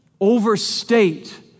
overstate